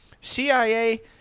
CIA